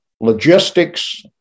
Logistics